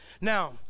Now